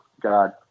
God